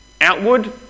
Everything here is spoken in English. outward